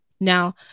Now